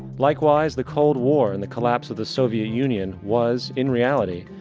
likewise the cold war and the collapse of the soviet union was, in reality,